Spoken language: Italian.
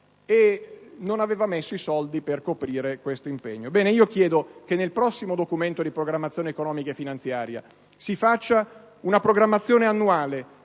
e non aveva stanziato le risorse per coprire questo impegno. Vi chiedo che nel prossimo Documento di programmazione economico-finanziaria si faccia una programmazione annuale,